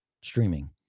streaming